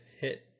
hit